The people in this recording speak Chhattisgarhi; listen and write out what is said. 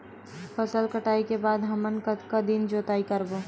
फसल कटाई के बाद हमन कतका दिन जोताई करबो?